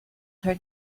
her